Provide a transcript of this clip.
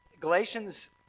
Galatians